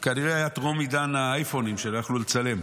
זה כנראה היה טרום עידן האייפונים, שלא יכלו לצלם.